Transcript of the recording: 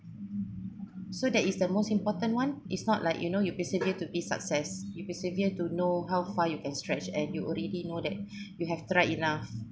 so that is the most important [one] is not like you know you persevere to be success you persevere to know how far you can stretch and you already know that you have tried enough